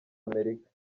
amerika